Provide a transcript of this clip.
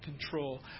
control